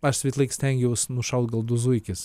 aš visąlaik stengiaus nušaut gal du zuikius